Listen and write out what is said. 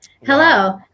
hello